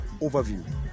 overview